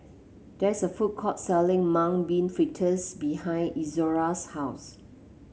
there is a food court selling Mung Bean Fritters behind Izora's house